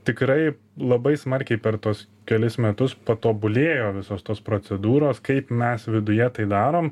tikrai labai smarkiai per tuos kelis metus patobulėjo visos tos procedūros kaip mes viduje tai darom